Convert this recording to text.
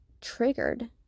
triggered